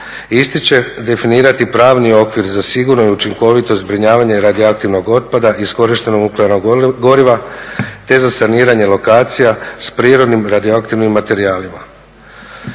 Isti će definirati pravni okvir za sigurno i učinkovito zbrinjavanja radioaktivnog otpada, iskorištenih nuklearnog goriva te za saniranje lokacija s prirodnim radioaktivnim materijalima.